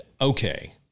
okay